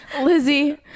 lizzie